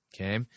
Okay